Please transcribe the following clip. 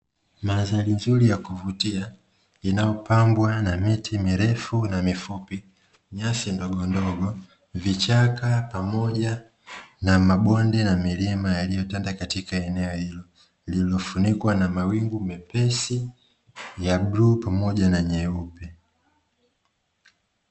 Mandhari nzuri yakuvutia inayopambwa na miti mirefu na mifupi nyasi ndogondogo, vichaka pamoja na mabonde na milima yaliyotanda katika eneo hilo lililofunikwa na mawingu mepesi, ya bluu pamoja na meupe.